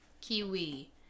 kiwi